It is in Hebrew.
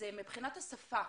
מבחינת השפה,